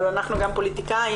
אבל אנחנו גם פוליטיקאים.